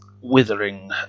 withering